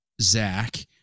Zach